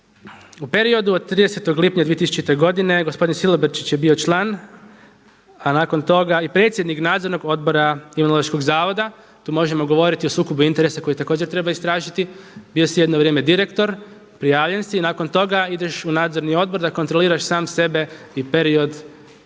u periodu od 30. lipnja 2000. godine gospodin Silobrčić je bio član, a nakon toga i predsjednik Nadzornog odbora Imunološkog zavoda. Tu možemo govoriti o sukobu interesa koji također treba istražiti. Bio si jedno vrijeme direktor, prijavljen si i nakon toga ideš u nadzorni odbor da kontroliraš sam sebe i period dok